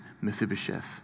Mephibosheth